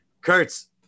Kurtz